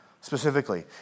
specifically